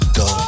go